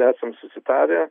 esam susitarę